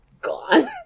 gone